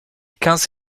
quinze